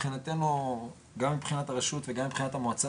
מבחינתנו גם מבחינת הרשות וגם מבחינת המועצה